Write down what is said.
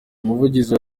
umuvugizi